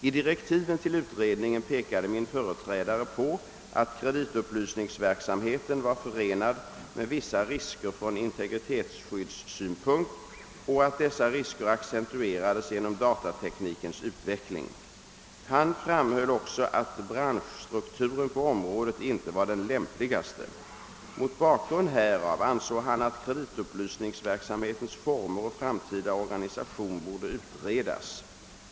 I direktiven till utredningen pekade min företrädare på att kreditupplysningsverksamheten var förenad med vissa rikser från integritetsskyddssynpunkt och att dessa risker accentuerades genom datateknikens utveckling. Han framhöll också att branschstrukturen på området inte var den lämpligaste. Mot bakgrund härav ansåg han att kreditupplysningsverksamhetens former och framtida organisation borde utredas.